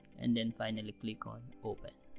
and then finaly click on open